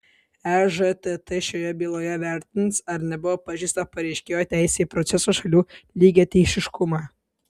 ežtt šioje byloje vertins ar nebuvo pažeista pareiškėjo teisė į proceso šalių lygiateisiškumą